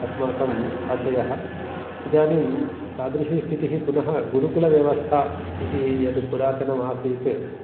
अस्माकं आशयः इदानीं तादृशीस्थितिः पुनः गुरुकुलव्यवस्था इति यद् पुरातनमासीत्